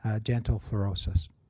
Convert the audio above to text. ah dental fluorosis.